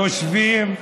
יושבים.